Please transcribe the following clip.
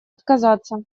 отказаться